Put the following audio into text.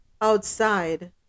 outside